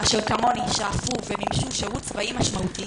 אשר כמוני שאפו ומימשו שירות צבאי משמעותי